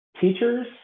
teachers